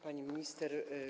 Pani Minister!